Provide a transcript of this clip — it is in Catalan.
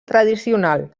tradicional